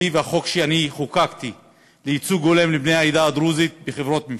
והחוק שאני חוקקתי לייצוג הולם לבני העדה הדרוזית בחברות ממשלתיות.